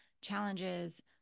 challenges